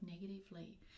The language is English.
negatively